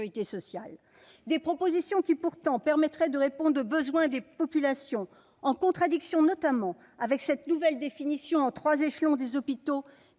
sociale. Ces propositions, qui permettraient de répondre aux besoins des populations, sont notamment en contradiction avec cette nouvelle définition en trois échelons des hôpitaux,